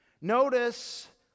Notice